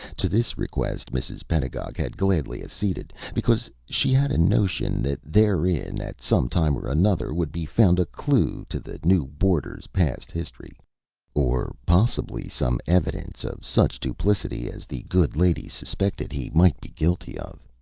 to this request mrs. pedagog had gladly acceded, because she had a notion that therein at some time or another would be found a clew to the new boarder's past history or possibly some evidence of such duplicity as the good lady suspected he might be guilty of.